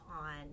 on